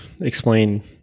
explain